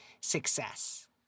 success